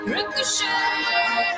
Ricochet